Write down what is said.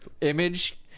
image